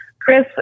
Chris